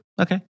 Okay